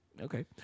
Okay